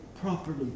properly